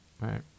right